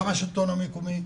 גם השלטון המקומי,